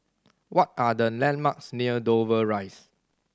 what are the landmarks near Dover Rise